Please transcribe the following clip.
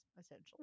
essentially